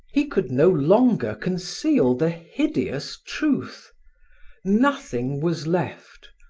he could no longer conceal the hideous truth nothing was left,